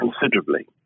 considerably